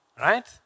right